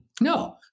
No